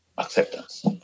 acceptance